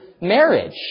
marriage